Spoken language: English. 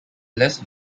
less